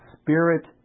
Spirit